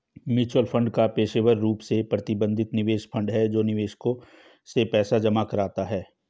mutual fund एक पेशेवर रूप से प्रबंधित निवेश फंड है जो निवेशकों से पैसा जमा कराता है